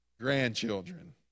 grandchildren